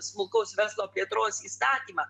smulkaus verslo plėtros įstatymą